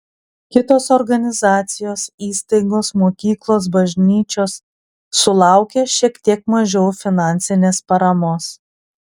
kitos organizacijos įstaigos mokyklos bažnyčios sulaukė šiek tiek mažiau finansinės paramos